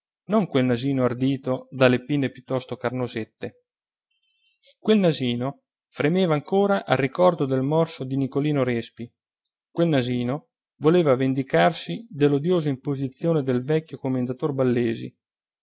non quel nasino ardito dalle pinne piuttosto carnosette quel nasino fremeva ancora al ricordo del morso di nicolino respi quel nasino voleva vendicarsi dell'odiosa imposizione del vecchio commendator ballesi